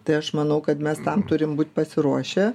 tai aš manau kad mes tam turim būt pasiruošę